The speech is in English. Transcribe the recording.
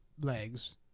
legs